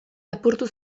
apurtu